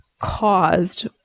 caused